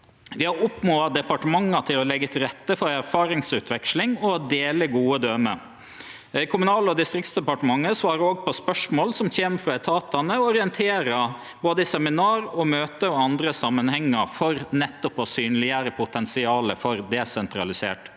Vi har oppmoda departementa til å leggje til rette for erfaringsutveksling og å dele gode døme. Kommunal- og distriktsdepartementet svarer òg på spørsmål som kjem frå etatane og orienterer både i seminar og møte og i andre samanhengar for nettopp å synleggjere potensialet for desentralisert